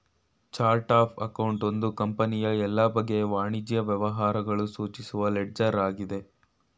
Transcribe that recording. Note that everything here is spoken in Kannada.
ಚರ್ಟ್ ಅಫ್ ಅಕೌಂಟ್ ಒಂದು ಕಂಪನಿಯ ಎಲ್ಲ ಬಗೆಯ ವಾಣಿಜ್ಯ ವ್ಯವಹಾರಗಳು ಸೂಚಿಸುವ ಲೆಡ್ಜರ್ ಆಗಿದೆ